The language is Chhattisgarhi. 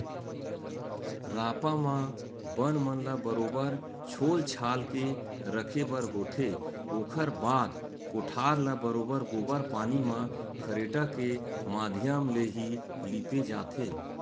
रापा म बन मन ल बरोबर छोल छाल के रखे बर होथे, ओखर बाद कोठार ल बरोबर गोबर पानी म खरेटा के माधियम ले ही लिपे जाथे